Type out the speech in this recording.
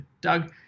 Doug